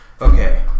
okay